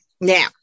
now